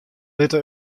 litte